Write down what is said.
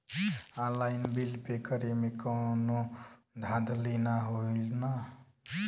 Online bill pay करे में कौनो धांधली ना होई ना?